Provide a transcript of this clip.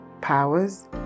powers